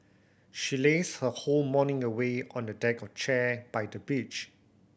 she lazed her whole morning away on a deck chair by the beach